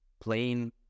plain